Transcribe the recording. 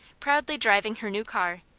proudly driving her new car,